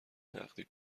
نقدی